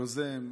היוזם,